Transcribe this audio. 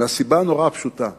מהסיבה הפשוטה: